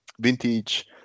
vintage